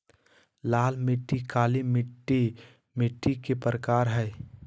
लाल मिट्टी, काली मिट्टी मिट्टी के प्रकार हय